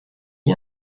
dit